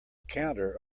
counter